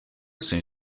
saint